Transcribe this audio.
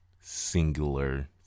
singular